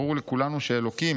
"ברור לכולנו שאלוקים